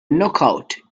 knockout